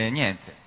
niente